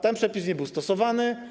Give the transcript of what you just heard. Ten przepis nie był stosowany.